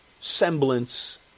semblance